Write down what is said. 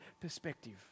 perspective